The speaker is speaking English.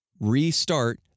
restart